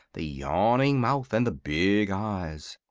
the yawning mouth and the big eyes.